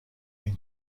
این